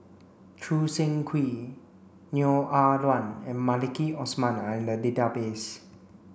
Choo Seng Quee Neo Ah Luan and Maliki Osman are in the database